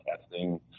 testing